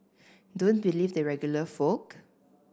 don't believe the regular folk